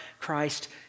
Christ